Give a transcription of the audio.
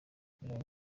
mirongo